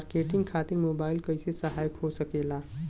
Marketing खातिर mobile कइसे सहायक हो सकेला?